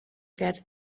get